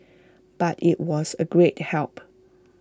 but IT was A great help